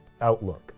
outlook